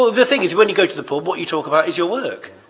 the thing is, when you go to the pub what you talk about is your work.